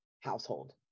household